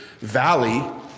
valley